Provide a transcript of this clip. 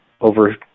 over